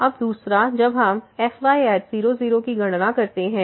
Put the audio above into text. अब दूसरा जब हम fy 0 0 की गणना करते हैं